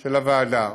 של הוועדה